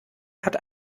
hat